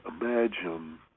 imagine